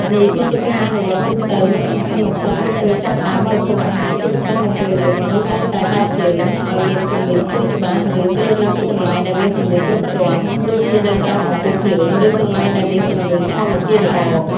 នេះគឺជាការអនុវត្តទូទៅ និងសំខាន់បំផុតមុនពេលចាប់ផ្តើមបរិភោគអាហារ ជាពិសេសនៅពេលយប់ មនុស្សតែងតែ បើកភ្លើង ឲ្យមានពន្លឺភ្លឺច្បាស់ ឬ ជ្រើសរើសទីកន្លែងដែលមានពន្លឺគ្រប់គ្រាន់ ដូចជានៅក្រោមអំពូលភ្លើង ឬកន្លែងដែលមានពន្លឺធម្មជាតិល្អ ។